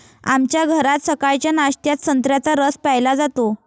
आमच्या घरात सकाळच्या नाश्त्यात संत्र्याचा रस प्यायला जातो